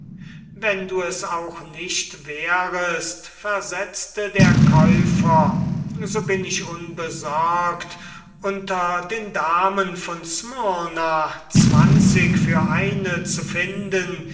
wenn du es nicht wärest versetzte der käufer so bin ich unbesorgt unter den damen von smyrna zwanzig für eine zu finden